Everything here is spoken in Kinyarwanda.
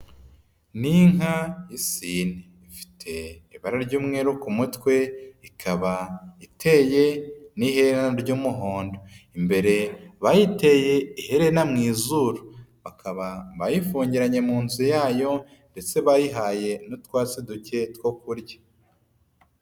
Ni inka y'isine ifite ibara ry'umweru ku mutwe, ikaba iteye n'iherena ry'umuhondo, imbere bayiteye iherena mu izuru, bakaba bayifungiranye mu nzu yayo ndetse bayihaye n'utwase duke two kurya.